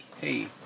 hey